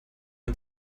hat